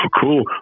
Cool